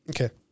Okay